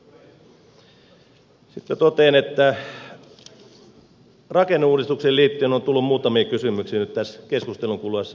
sitten totean että rakenneuudistukseen liittyen on tullut muutamia kysymyksiä nyt tässä keskustelun kuluessa